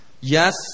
Yes